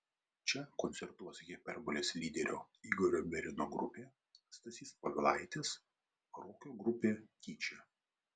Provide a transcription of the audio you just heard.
čia koncertuos hiperbolės lyderio igorio berino grupė stasys povilaitis roko grupė tyčia